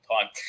time